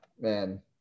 Man